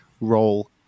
role